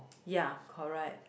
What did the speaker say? ya correct